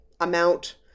amount